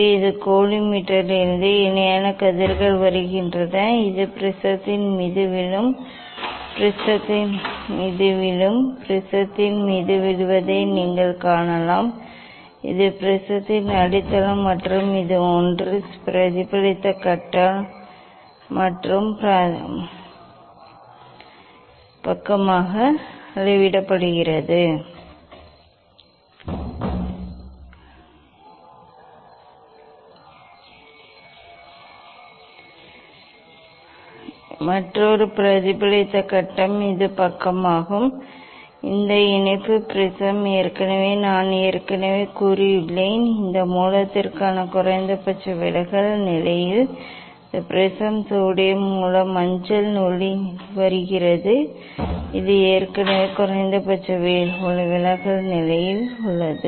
இங்கே இது கோலி மீட்டரிலிருந்து இணையான கதிர்கள் வருகின்றன இது ப்ரிஸத்தின் மீது விழும் ப்ரிஸத்தின் மீது விழுவதை நீங்கள் காணலாம் இது இது ப்ரிஸத்தின் அடித்தளம் மற்றும் இது ஒன்று பிரதிபலித்த கட்டம் மற்றும் மற்றொரு பிரதிபலித்த கட்டம் இந்த பக்கமாகும் இது இதன் இணைப்பு ப்ரிஸம் ஏற்கனவே நான் ஏற்கனவே கூறியுள்ளேன் இந்த மூலத்திற்கான குறைந்தபட்ச விலகல் நிலையில் இந்த ப்ரிஸம் சோடியம் மூல மஞ்சள் ஒளி வருகிறது இது ஏற்கனவே குறைந்தபட்ச விலகல் நிலையில் உள்ளது